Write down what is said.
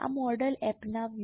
આ મોડેલ અપનાવ્યું